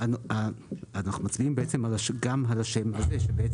אנחנו מצביעים גם על השם הזה שהוא: